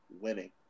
winning